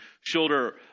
shoulder